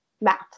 math